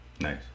nice